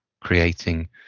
creating